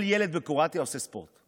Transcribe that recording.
כל ילד בקרואטיה עושה ספורט.